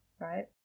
right